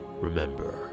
remember